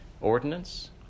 ordinance